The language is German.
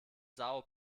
são